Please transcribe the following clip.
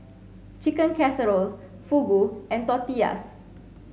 Chicken Casserole Fugu and Tortillas